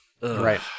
Right